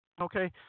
Okay